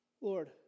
Lord